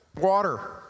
water